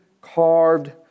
carved